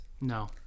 No